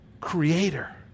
Creator